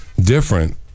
different